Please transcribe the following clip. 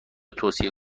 توصیه